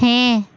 ᱦᱮᱸ